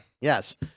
Yes